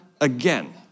again